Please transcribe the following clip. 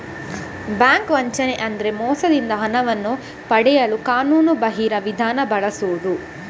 bank ವಂಚನೆ ಅಂದ್ರೆ ಮೋಸದಿಂದ ಹಣವನ್ನು ಪಡೆಯಲು ಕಾನೂನುಬಾಹಿರ ವಿಧಾನ ಬಳಸುದು